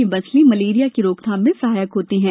यह मछली मलेरिया के रोकथाम में सहायक होती है